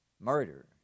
murder